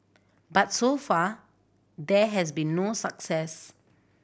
but so far there has been no success